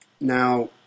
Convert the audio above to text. Now